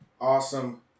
awesome